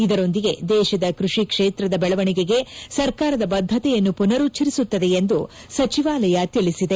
ಇದರೊಂದಿಗೆ ದೇಶದ ಕೃಷಿ ಕ್ಷೇತ್ರದ ಬೆಳವಣಿಗೆಗೆ ಸರ್ಕಾರದ ಬದ್ದತೆಯನ್ನು ಪುನರುಚ್ಚರಿಸುತ್ತದೆ ಎಂದು ಸಚಿವಾಲಯ ತಿಳಿಸಿದೆ